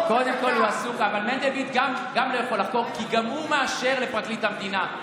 כי גם הוא מאשר לפרקליט המדינה,